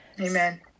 Amen